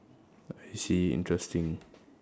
I see interesting